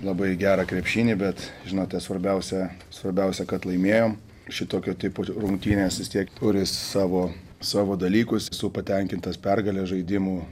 labai gerą krepšinį bet žinote svarbiausia svarbiausia kad laimėjom šitokio tipo rungtynės vis tiek turi savo savo dalykus esu patenkintas pergale žaidimu